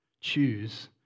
choose